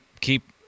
keep